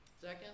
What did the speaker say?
Second